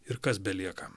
ir kas belieka